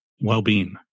well-being